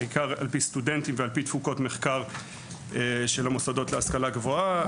בעיקר על פי סטודנטים ועל פי תפוקות מחקר של המוסדות להשכלה גבוהה.